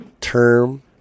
term